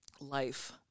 life